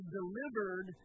delivered